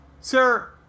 sir